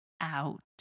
out